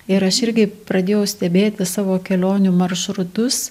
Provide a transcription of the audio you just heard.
ir aš irgi pradėjau stebėti savo kelionių maršrutus